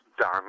done